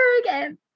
again